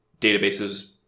databases